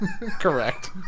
correct